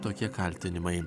tokie kaltinimai